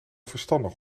verstandig